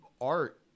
art